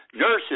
Nurses